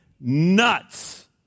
nuts